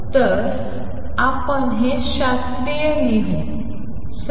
तर आपण हे शास्त्रीय लिहू